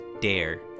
dare